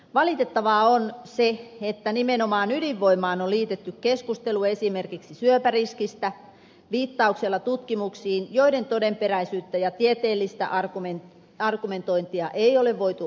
valitettavaa on se että nimenomaan ydinvoimaan on liitetty keskustelu esimerkiksi syöpäriskistä viittauksella tutkimuksiin joiden todenperäisyyttä ja tieteellistä argumentointia ei ole voitu osoittaa